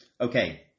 Okay